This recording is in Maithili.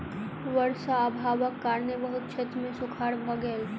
वर्षा अभावक कारणेँ बहुत क्षेत्र मे सूखाड़ भ गेल